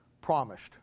promised